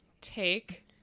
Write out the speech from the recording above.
take